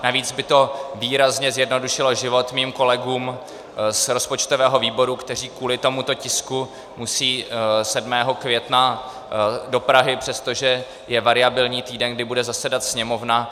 Navíc by to výrazně zjednodušilo život mým kolegům z rozpočtového výboru, kteří kvůli tomuto tisku musí 7. května do Prahy, přestože je variabilní týden, kdy bude zasedat Sněmovna.